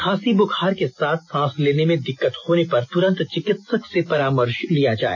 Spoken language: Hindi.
खांसी बुखार के साथ सांस लेने में दिक्कत होने पर तुरंत चिकित्सक से परामर्श लिया जाए